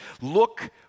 Look